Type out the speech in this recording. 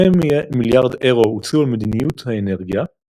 2 מיליארד אירו הוצאו על מדיניות האנרגיה,1.5